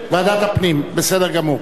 ועדת הפנים, בסדר גמור.